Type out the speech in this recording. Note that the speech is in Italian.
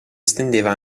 estendeva